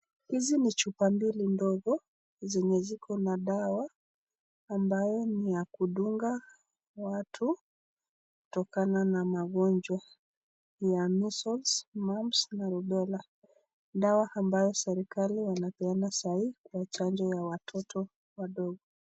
Hizi ni chupa mbili ndogo zenye ziko na dawa ambayo ni ya kudunga watu kutokana na magonjwa ya measles, mumps na rubella. Dawa ambayo serikali inapeana saa hii kwa chanjo ya watoto wadogo.